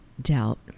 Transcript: doubt